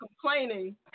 complaining